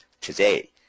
today